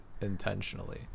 intentionally